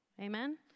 amen